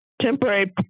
temporary